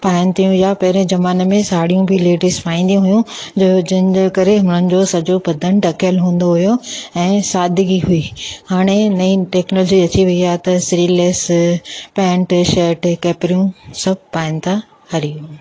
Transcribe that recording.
पाइनि थियूं या पहिरियें ज़माने में साड़ियूं बि लेडीज़ पाईंदी हुयूं जो जंहिंजे करे हुननि जो सॼो बदन ढकियलु हूंदो हुओ ऐं सादगी हुई हाणे नई टैक्नोलोजी अची वई आहे त स्लीवलैस पेंट शर्ट केपरियूं सभु पाइनि था हरिओम